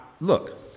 Look